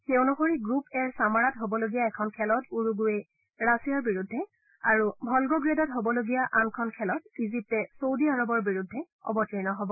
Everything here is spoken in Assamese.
সেই অনুসৰি গ্ৰুপ এৰ ছামাৰাত হ'বলগীয়া এখন খেলত উৰুগুৱে ৰাছিয়াৰ বিৰুদ্ধে আৰু ভলগ'গ্ৰেডত হ'বলগীয়া আনখন খেলত ইজিপ্তে চৌদী আৰৱৰ বিৰুদ্ধে অৱতীৰ্ণ হ'ব